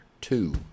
two